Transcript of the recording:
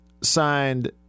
signed